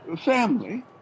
Family